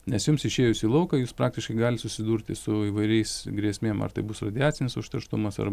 nes jums išėjus į lauką jūs praktiškai galit susidurti su įvairiais grėsmėm ar tai bus radiacinis užterštumas ar